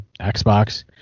Xbox